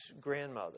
grandmother